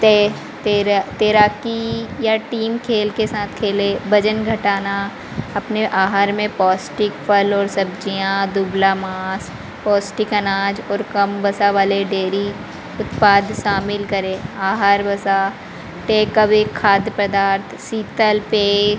तैराकी या टीम खेल के साथ खेले वजन घटाना अपने आहार में पौष्टिक फ़ल और सब्जियाँ दुबला मांस पौष्टिक अनाज और कम वसा वाले डेरी उत्पाद शामिल करें आहार वसा टेक अवे खाद्य पदार्थ शीतल पे